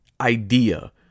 idea